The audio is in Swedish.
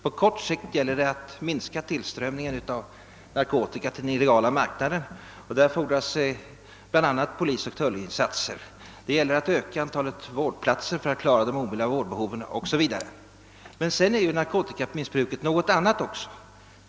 På kort sikt gäller det att minska tillströmningen av narkotika till den illegala marknaden, och för detta fordras bl.a. polisoch tullinsatser. Det gäller vidare att öka antalet vårdplatser för att klara de omedelbara vårdbehoven o. s. v. Men narkotikamissbruket är också någonting annat.